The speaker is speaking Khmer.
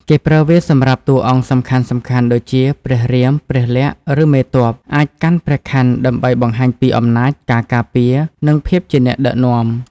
គេប្រើវាសម្រាប់តួអង្គសំខាន់ៗដូចជា ព្រះរាម ព្រះលក្ខណ៍ ឬមេទ័ព អាចកាន់ព្រះខ័នដើម្បីបង្ហាញពី អំណាច ការការពារ និងភាពជាអ្នកដឹកនាំ។